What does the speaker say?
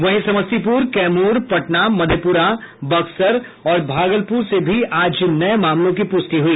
वहीं समस्तीपुर कैमूर पटना मधुपेरा बक्सर और भागलपुर से भी आज नये मामलों की पुष्टि हुई